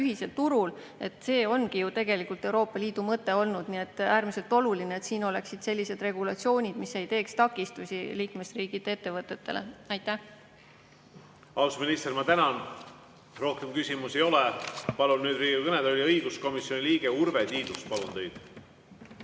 ühisel turul – see ongi ju tegelikult Euroopa Liidu mõte olnud. Nii et on äärmiselt oluline, et siin oleksid sellised regulatsioonid, mis ei teeks takistusi liikmesriikide ettevõtetele. Austatud minister, ma tänan teid. Rohkem küsimusi ei ole. Palun nüüd Riigikogu kõnetooli õiguskomisjoni liikme Urve Tiiduse. Palun teid!